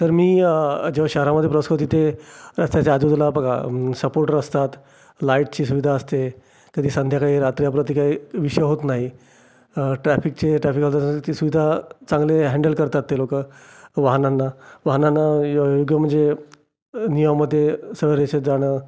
तर मी जेव्हा शहरामध्ये तिथे रस्त्याच्या आजूबाजूला बघा सपोर्टर असतात लाईटची सुविधा असते कधी संध्याकाळी रात्री अपरात्री काही विषय होत नाही ट्रॅफिकचे ट्रॅफिक ती सुविधा चांगले हॅन्डल करतात ते लोक वाहनांना वाहनांना योग्य म्हणजे नियामध्ये सरळ रेषेत जाणं